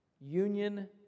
Union